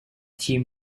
team